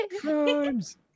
Crimes